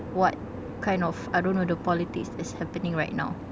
what kind of I don't know the politics that is happening right now